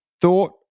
thought